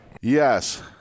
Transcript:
yes